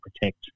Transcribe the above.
protect